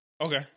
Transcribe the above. Okay